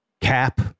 cap